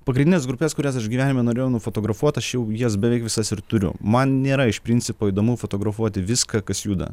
pagrindines grupes kurias aš gyvenime norėjau nufotografuot aš jau jas beveik visas ir turiu man nėra iš principo įdomu fotografuoti viską kas juda